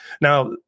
Now